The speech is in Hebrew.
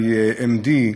IMD,